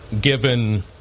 given